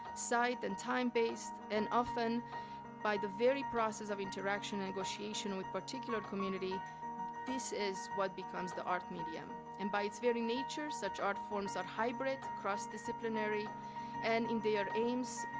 site and time-based, and often by the very process of interaction negotiation with particular community this is what becomes the art medium. and by its very nature, such art forms are hybrid, cross-disciplinary and in their aims,